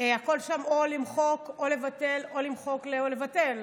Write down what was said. הכול שם או למחוק או לבטל, או למחוק או לבטל,